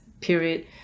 period